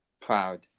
Proud